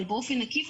אבל באופן עקיף,